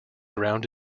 ground